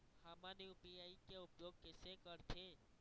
हमन यू.पी.आई के उपयोग कैसे करथें?